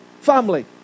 Family